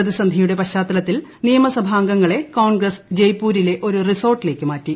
പ്രതിസന്ധിയുടെ പശ്ചാത്തലത്തിൽ നിയമസഭാ അംഗങ്ങളെ കോൺഗ്രസ് ജയ്പൂരിലെ ഒരു റിസോർട്ടിലേക്ക് മാറ്റി